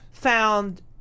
Found